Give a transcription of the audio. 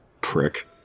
prick